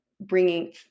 bringing